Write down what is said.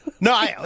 No